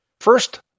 First